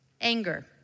anger